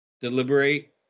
deliberate